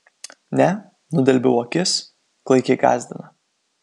ne nudelbiau akis klaikiai gąsdina